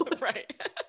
Right